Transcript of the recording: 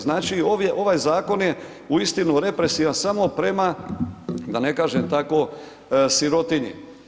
Znači ovaj zakon je uistinu represivan samo prema da ne kažem tako sirotinji.